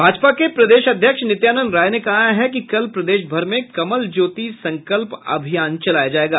भाजपा के प्रदेश अध्यक्ष नित्यानंद राय ने कहा है कि कल प्रदेश भर में कमल ज्योति संकल्प अभियान चलाया जायेगा